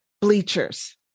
bleachers